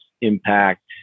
impact